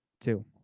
two